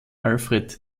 alfred